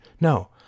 No